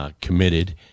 committed